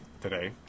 today